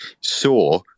saw